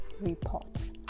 reports